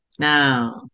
No